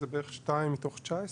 זה בערך 12 מתוך 19?